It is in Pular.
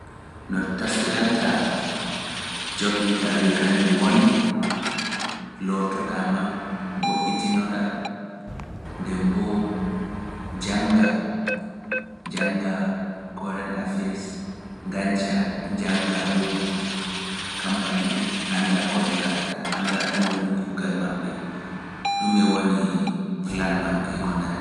No taskiranta job intaviyu kanjum woni lootoɗa ma mbo'itinoɗa nden bo njannga Koren Afiyas nganca jannga dow kampani ɗum anda ko ɓe ngaɗata anda ɗume woni kuugal maɓɓe ɗume woni plan maɓɓe ko nandi e non.